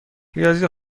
ریاضی